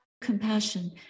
compassion